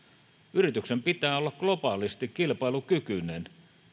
yrityksen pitää olla globaalisti kilpailukykyinen